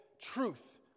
truth